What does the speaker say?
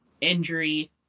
injury